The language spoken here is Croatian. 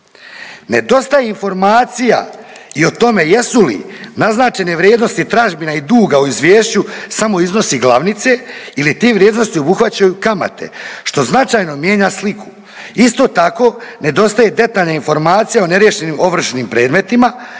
Nedostaje informacija i o tome jesu li naznačene vrijednosti tražbina i duga u izvješću samo iznosi glavnice ili te vrijednosti obuhvaćaju kamate što značajno mijenja sliku. Isto tako nedostaje detaljna informacija o neriješenim ovršnim predmetima,